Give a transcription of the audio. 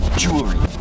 jewelry